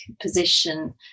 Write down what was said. position